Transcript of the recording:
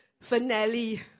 finale